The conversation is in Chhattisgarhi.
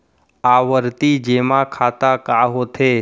आवर्ती जेमा खाता का होथे?